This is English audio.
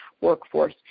workforce